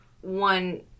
one